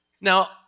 Now